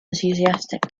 enthusiastic